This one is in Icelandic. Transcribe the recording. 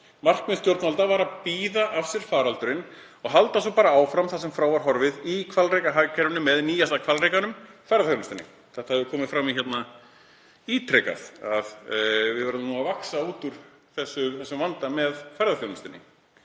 markmið stjórnvalda var að bíða af sér faraldurinn og halda áfram þar sem frá var horfið í hvalrekahagkerfinu með nýjasta hvalrekann, ferðaþjónustuna. Það hefur komið hér fram ítrekað að við verðum að vaxa út úr þessum vanda með ferðaþjónustunni.